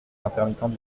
intermittents